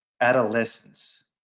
adolescence